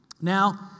Now